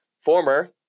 former